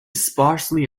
sparsely